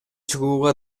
чыгууга